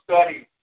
studies